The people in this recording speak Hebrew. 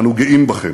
אנו גאים בכם.